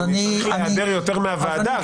אז אני צריך להיעדר יותר מהוועדה,